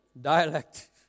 dialect